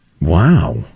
wow